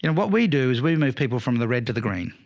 and what we do is we moved people from the red to the green,